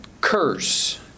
curse